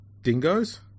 dingoes